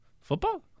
football